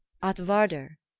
atvarder,